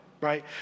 right